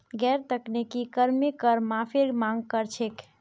गैर तकनीकी कर्मी कर माफीर मांग कर छेक